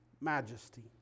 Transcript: majesty